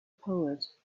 poet